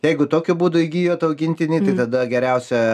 jeigu tokiu būdu įgijo tą augintinį tai tada geriausia